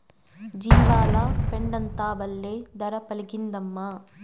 జీవాల పెండంతా బల్లే ధర పలికిందమ్మా